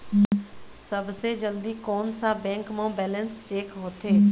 सबसे जल्दी कोन सा बैंक म बैलेंस चेक होथे?